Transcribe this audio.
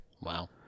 Wow